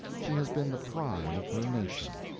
she has been the pride of her nation.